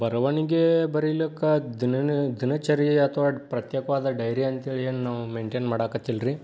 ಬರವಣಿಗೆ ಬರಿಲಿಕ್ಕೆ ದಿನನ ದಿನಚರಿ ಅಥವಾ ಪ್ರತ್ಯೇಕವಾದ ಡೈರಿ ಅಂತ್ಹೇಳಿ ಏನು ನಾವು ಮೇಂಟೇನ್ ಮಾಡಾಕತ್ತಿಲ್ಲರಿ